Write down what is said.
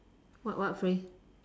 what what phrase